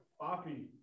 Poppy